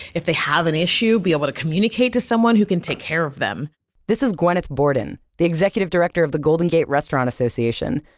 if they have an issue, be able to communicate to someone who can take care of them this is gwyneth borden, the executive director of the golden gate restaurant association,